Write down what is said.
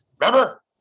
Remember